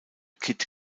kid